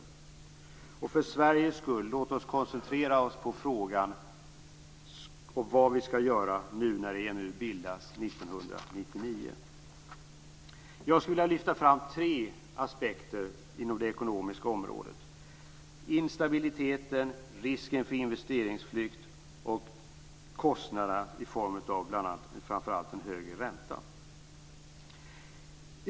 Låt oss för Sveriges skull koncentrera oss på frågan om vad vi skall göra när EMU Jag skulle vilja lyfta fram tre aspekter inom det ekonomiska området. Det gäller instabiliteten, risken för investeringsflykt och kostnaderna i form av framför allt en högre ränta.